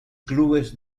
clubes